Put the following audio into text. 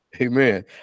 Amen